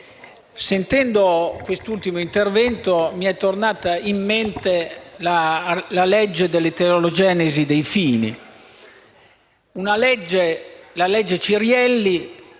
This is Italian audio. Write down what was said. sentendo quest'ultimo intervento mi è tornata in mente la legge sull'eterogenesi dei fini: